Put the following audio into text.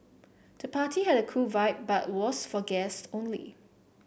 the party had a cool vibe but was for guests only